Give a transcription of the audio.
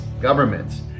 governments